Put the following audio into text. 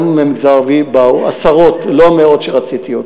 גם מהמגזר הערבי באו עשרות, לא המאות שרציתי.